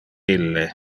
ille